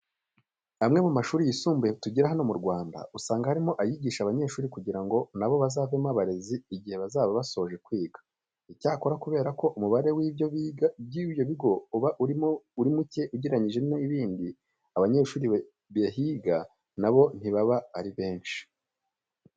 Amwe mu mashuri yisumbuye tugira hano mu Rwanda, usanga harimo ayigisha abanyeshuri kugira ngo na bo bazavemo abarezi igihe bazaba basoje kwiga. Icyakora kubera ko umubare w'ibyo bigo uba ari muke ugereranyije n'ibindi, abanyeshuri bahiga na bo ntibaba ari benshi.